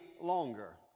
longer